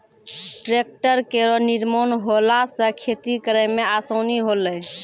tractor केरो निर्माण होला सँ खेती करै मे आसानी होलै